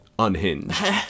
unhinged